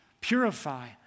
purify